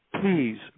please